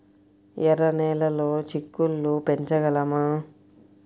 ఎర్ర నెలలో చిక్కుళ్ళు పెంచగలమా?